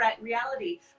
reality